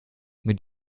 mit